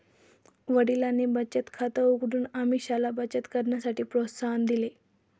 वडिलांनी बचत खात उघडून अमीषाला बचत करण्यासाठी प्रोत्साहन दिले